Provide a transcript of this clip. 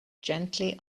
gently